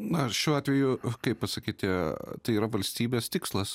na ir šiuo atveju kaip pasakykiti tai yra valstybės tikslas